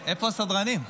איפה הסדרנים?